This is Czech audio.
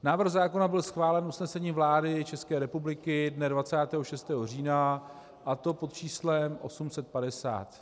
Návrh zákona byl schválen usnesením vlády České republiky dne 26. října, a to pod číslem 850.